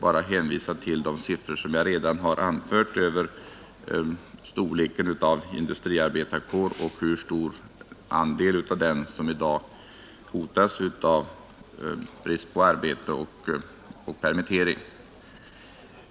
Jag hänvisar till de siffror som redan har anförts över storleken av industriarbetarkåren och hur stor andel av den som i dag hotas av brist på arbete och permittering.